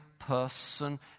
person